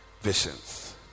Visions